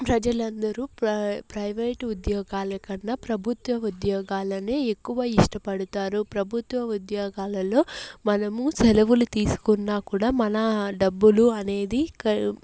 ప్రజలందరూ ప్రై ప్రైవేట్ ఉద్యోగాల కన్నా ప్రభుత్వ ఉద్యోగాలనే ఎక్కువ ఇష్టపడతారు ప్రభుత్వ ఉద్యోగాలలో మనం సెలవులు తీసుకున్న కూడా మన డబ్బులు అనేది క